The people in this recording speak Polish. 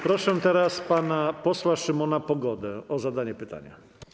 Proszę teraz pana posła Szymona Pogodę o zadanie pytania.